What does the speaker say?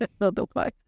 otherwise